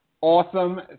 Awesome